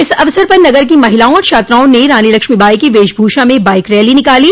इस अवसर पर नगर की महिलाओं और छात्राओं ने रानी लक्ष्मी बाई की वेशभूषा में बाईक रैली निकाली